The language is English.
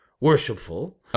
worshipful